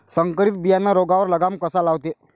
संकरीत बियानं रोगावर लगाम कसा लावते?